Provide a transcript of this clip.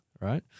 right